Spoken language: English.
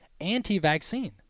anti-vaccine